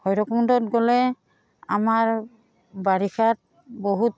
ভৈৰৱকুণ্ডত গ'লে আমাৰ বাৰিষাত বহুত